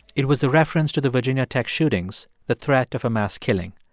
it was the reference to the virginia tech shootings, the threat of a mass killing.